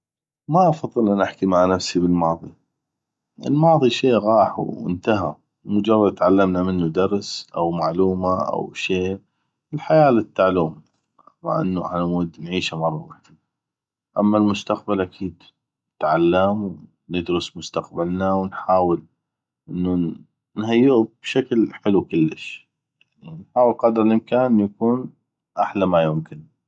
ما افضل انو احكي مع نفسي بالماضي الماضي شي غاح انتهى مجرد تعلمنا منو درس أو معلومه او شي الحياة للتعلوم ما انو علمود نعيشه مره وحدي اما المستقبل اكيد نتعلم وندرس مستقبلنا ونحاول انو نهيئو بشكل حلو كلش يعني نحاول انو يكون احلى ما يمكن